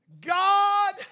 God